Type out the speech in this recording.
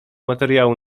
materiału